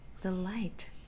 delight